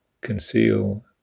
conceal